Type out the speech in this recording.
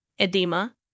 edema